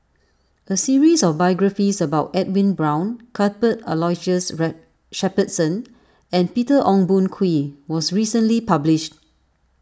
a series of biographies about Edwin Brown Cuthbert Aloysius Shepherdson and Peter Ong Boon Kwee was recently published